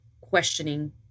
questioning